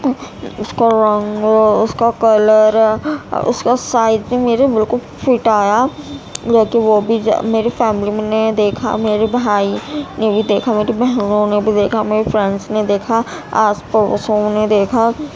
اس کا رنگ اس کا کلر اس کا سائز تو میرے بالکل فٹ آیا لیکن وہ بھی جو میری فیملی نے دیکھا میرے بھائی نے بھی دیکھا میری بہنوں نے بھی دیکھا میری فرینڈس نے دیکھا آس پڑوسیوں بھی نے دیکھا